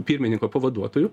pirmininko pavaduotojų